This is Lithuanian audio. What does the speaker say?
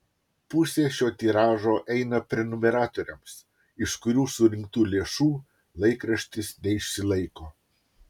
pusė šio tiražo eina prenumeratoriams iš kurių surinktų lėšų laikraštis neišsilaiko